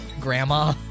grandma